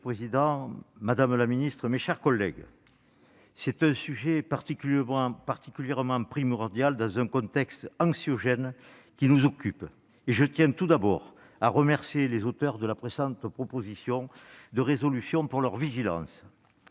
Monsieur le président, madame la ministre, mes chers collègues, le sujet qui nous occupe est particulièrement primordial dans le contexte anxiogène que nous connaissons et je tiens tout d'abord à remercier les auteurs de la présente proposition de résolution pour leur vigilance.